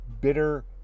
bitter